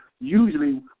Usually